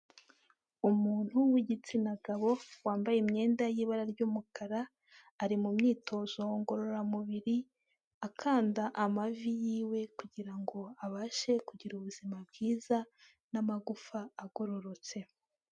Umuntu w'igitsina gabo, wambaye imyenda y'ibara ry'umukara, ari mu myitozo ngororamubiri, akanda amavi yiwe kugirango ngo abashe kugira ubuzima bwiza n'amagufa agororotse.